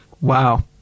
wow